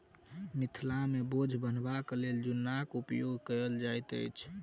मिथिला मे बोझ बन्हबाक लेल जुन्नाक उपयोग कयल जाइत अछि